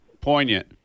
poignant